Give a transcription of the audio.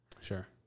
Sure